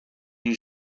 you